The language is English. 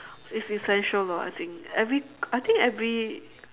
it's essential though I think every I think every